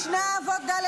משנה אבות ד',